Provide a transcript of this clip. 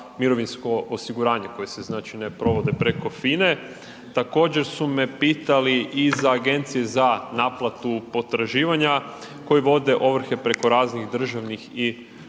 i ovrhama HZMO-a koji se ne provode preko FINA-e. Također su me pitali i iz Agencije za naplatu potraživanja koja vode ovrhe preko raznih državnih i